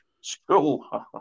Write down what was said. school